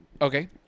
Okay